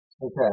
Okay